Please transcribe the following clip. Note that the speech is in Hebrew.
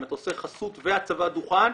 אם אתה עושה חסות והצבת דוכן,